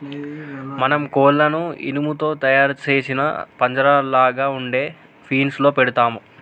మనం కోళ్లను ఇనుము తో తయారు సేసిన పంజరంలాగ ఉండే ఫీన్స్ లో పెడతాము